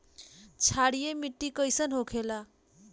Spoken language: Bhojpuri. क्षारीय मिट्टी कइसन होखेला?